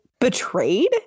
betrayed